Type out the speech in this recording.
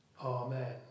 Amen